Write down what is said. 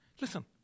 Listen